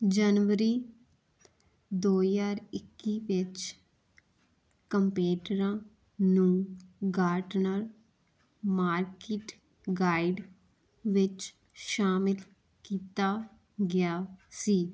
ਜਨਵਰੀ ਦੋ ਹਜ਼ਾਰ ਇੱਕੀ ਵਿੱਚ ਕੰਪੇਟੇਰਾ ਨੂੰ ਗਾਰਟਨਰ ਮਾਰਕੀਟ ਗਾਈਡ ਵਿੱਚ ਸ਼ਾਮਲ ਕੀਤਾ ਗਿਆ ਸੀ